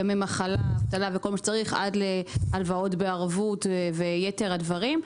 ימי מחלה וכולי וכן הלוואות בערבות ויתר הדברים.